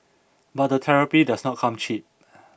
but the therapy does not come cheap